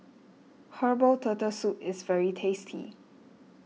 Herbal Turtle Soup is very tasty